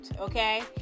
okay